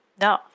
No